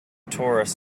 torus